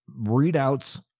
readouts